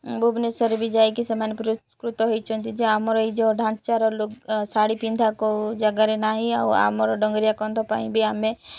ଭୁବନେଶ୍ୱରରେ ବି ଯାଇକି ସେମାନେ ପୁରସ୍କୃତ ହେଇଛନ୍ତି ଯେ ଆମର ଏଇ ଯେଉଁ ଢାଞ୍ଚାର ଶାଢ଼ୀ ପିନ୍ଧା କେଉଁ ଜାଗାରେ ନାହିଁ ଆଉ ଆମର ଡଙ୍ଗିରିଆ କନ୍ଧ ପାଇଁ ବି ଆମେ